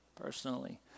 personally